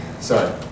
sorry